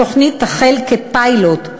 התוכנית תחל כפיילוט,